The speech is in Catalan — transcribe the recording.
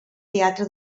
teatre